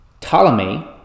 Ptolemy